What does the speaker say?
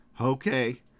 Okay